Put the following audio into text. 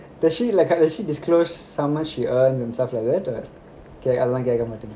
does she like had she disclosed how much she earned and stuff like that or அலங்காரம் மட்டுமே:alangaram matume